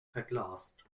verglast